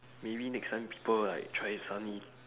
maybe next time people like try suddenly